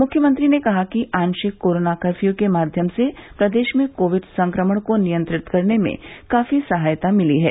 मुख्यमंत्री ने कहा कि आशिक कोरोना कर्फ्यू के माध्यम से प्रदेश में कोविड संक्रमण को नियंत्रित करने में काफी सहायता मिली है